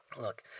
look